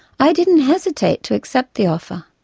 i didn't hesitate to accept the offer.